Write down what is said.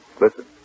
Listen